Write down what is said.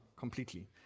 completely